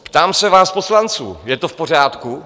Ptám se vás, poslanců, je to v pořádku?